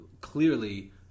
clearly